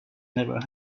never